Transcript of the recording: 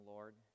Lord